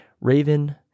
Raven